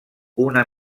una